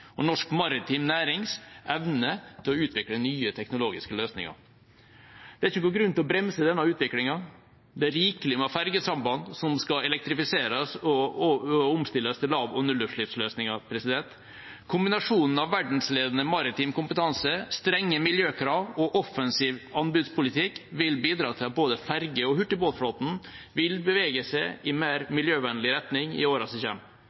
og den evnen norsk maritim næring har til å utvikle nye teknologiske løsninger. Det er ingen grunn til å bremse denne utviklingen. Det er rikelig med ferjesamband som skal elektrifiseres og omstilles til lav- og nullutslippsløsninger. Kombinasjonen av verdensledende maritim kompetanse, strenge miljøkrav og offensiv anbudspolitikk vil bidra til at både ferjeflåten og hurtigbåtflåten vil bevege seg i mer miljøvennlig retning i årene som